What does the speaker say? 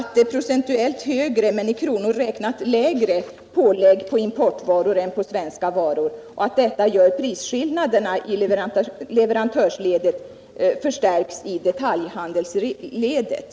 Det är ett procentuellt högre men i kronor räknat lägre pålägg på importvaror än på svenska varor, och detta gör att prisskillnaderna i leverantörsledet förstärks i detaljhandelsledet.